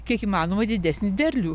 kiek įmanoma didesnį derlių